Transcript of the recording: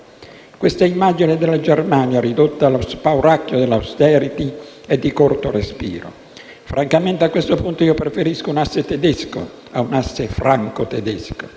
Questa immagine della Germania ridotta allo spauracchio dell'*austerity* è di corto respiro. Francamente, a questo punto, preferisco un asse tedesco a un asse francotedesco.